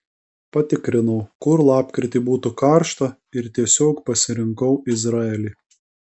patikrinau kur lapkritį būtų karšta ir tiesiog pasirinkau izraelį